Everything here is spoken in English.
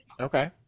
Okay